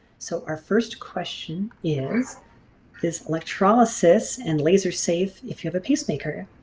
so our first question is is electrolysis and laser safe if you have a pacemaker?